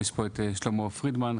ושלמה פרידמן,